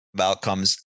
outcomes